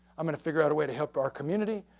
i'm going to figure out a way to help our community.